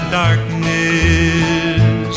darkness